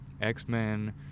X-Men